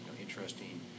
interesting